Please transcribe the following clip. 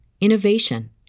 innovation